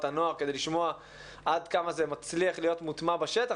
הנוער כדי לשמוע עד כמה זה מצליח להיות מוטמע בשטח,